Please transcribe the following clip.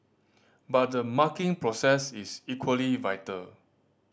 but the marking process is equally vital